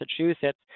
Massachusetts